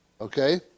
okay